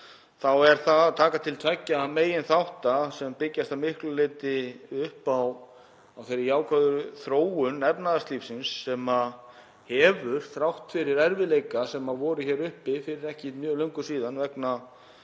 þá taka þau til tveggja meginþátta sem byggjast að miklu leyti upp á þeirri jákvæðu þróun efnahagslífsins sem hefur, þrátt fyrir erfiðleika sem voru uppi fyrir ekki mjög löngu síðan vegna